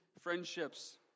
friendships